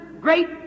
great